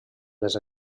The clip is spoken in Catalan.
les